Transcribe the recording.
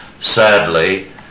sadly